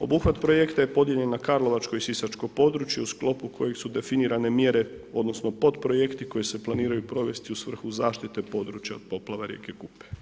Obuhvat projekta je podijeljen na karlovačko i sisačko područje u sklopu kojih su definirane mjere odnosno pod projekti koji se planiraju provesti u svrhu zaštite područja od poplava rijeke Kupe.